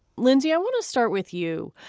lindsey, i want to start with you.